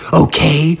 okay